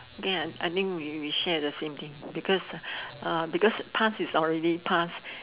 yeah I think will share the thing because uh because passes already passed